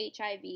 HIV